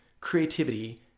creativity